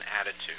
attitude